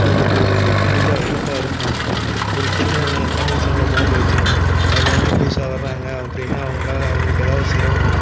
அவங்களுக்கு கண்டிப்பாக ஹெல்ப்பாக இருப்போம் ஒரு சின்ன தமிழ் சங்கம் மாதிரி வச்சுருந்தோம் அதில் வந்து புதுசாக வராங்க அப்படின்னா அவர்களால அவங்களுக்கு ஏதாவது சிரமம்